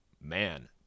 man